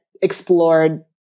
explored